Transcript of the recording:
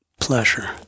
pleasure